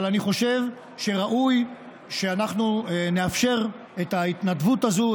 אבל אני חושב שראוי שאנחנו נאפשר את ההתנדבות הזו,